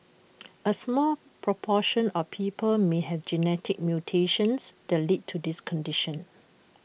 A small proportion of people may have genetic mutations that lead to this condition